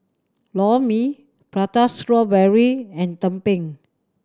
Lor Mee Prata Strawberry and tumpeng